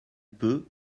peu